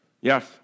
Yes